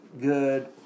good